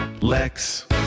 Lex